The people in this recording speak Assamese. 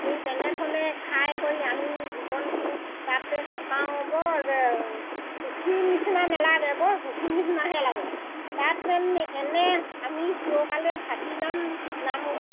সেই তেনেধৰণে খাই কৰি আমি জীৱনটো তাতে কটাওঁ বৰ দুখী নিচিনা নেলাগে বৰ সুখী নিচিনাহে লাগে তাত যেন এনে আমি চিযৰকালে থাকি যাম নামঘৰত